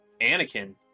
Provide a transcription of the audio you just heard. Anakin